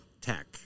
tech